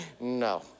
No